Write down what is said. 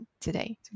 today